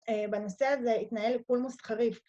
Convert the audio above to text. ‫בנושא הזה התנהל פולמוס חריף.